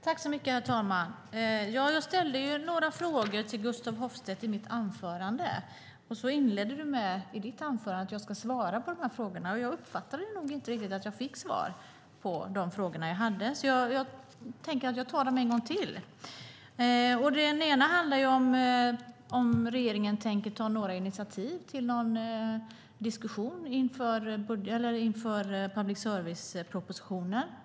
Herr talman! Jag ställde några frågor till Gustaf Hoffstedt i mitt anförande. Sedan inledde han sitt anförande med att han skulle svara på de frågorna. Men jag uppfattade nog inte riktigt att jag fick svar på de frågor jag hade, så jag tar dem en gång till. Den ena frågan handlar om ifall regeringen tänker ta några initiativ till en diskussion inför public service-propositionen.